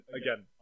again